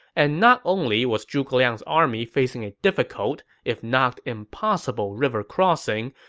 and not only was zhuge liang's army facing a difficult, if not impossible river crossing,